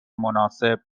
مناسب